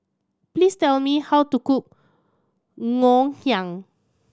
please tell me how to cook Ngoh Hiang